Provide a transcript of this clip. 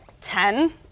ten